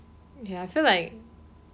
ya I feel like